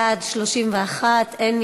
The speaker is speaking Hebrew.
זאת חובה של כולנו,